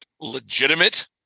legitimate